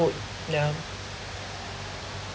childhood yeah